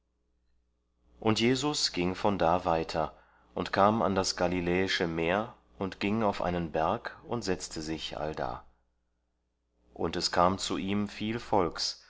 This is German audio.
und jesus ging von da weiter und kam an das galiläische meer und ging auf einen berg und setzte sich allda und es kam zu ihm viel volks